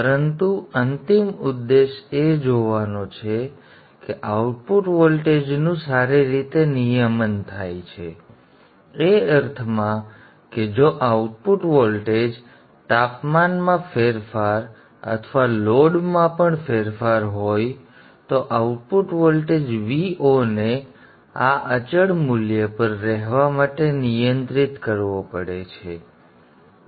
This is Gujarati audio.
પરંતુ અંતિમ ઉદ્દેશ એ જોવાનો છે કે આઉટપુટ વોલ્ટેજ નું સારી રીતે નિયમન થાય છે એ અર્થમાં કે જો ઇનપુટ વોલ્ટેજ તાપમાનમાં ફેરફાર અથવા લોડ માં પણ ફેરફાર હોય તો આઉટપુટ વોલ્ટેજ Vo ને આ અચળ મૂલ્ય પર રહેવા માટે નિયંત્રિત કરવો પડે છે